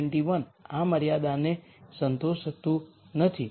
21 આ મર્યાદાને સંતોષતું નથી